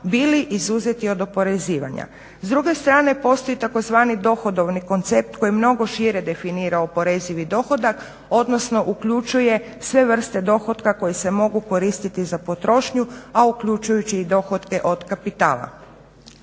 bili izuzeti od oporezivanja. S druge strane, postoji tzv. dohodovni koncept koji mnogo šire definira oporezivi dohodak, odnosno uključuje sve vrste dohotka koji se mogu koristiti za potrošnju, a uključujući i dohotke od kapitala.